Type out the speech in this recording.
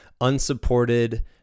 unsupported